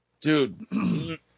Dude